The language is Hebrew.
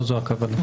לא זו הכוונה.